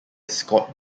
scott